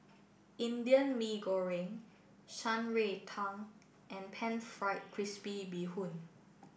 Indian Mee Goreng Shan Rui Tang and Pan Fried Crispy Bee Hoon